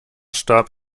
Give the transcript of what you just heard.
starb